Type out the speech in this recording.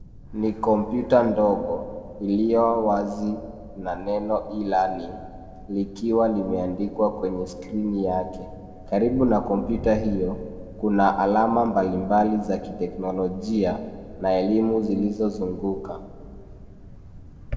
Ni kompyuta ndogo iliyo wazi na neno e-learning likiwa limeandikwa kwenye skrini yake. Karibu na kompyuta hiyo, kuna alama mbalimbali za kiteknolojia na elimu zilizozunguka.